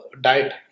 diet